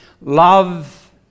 Love